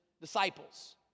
disciples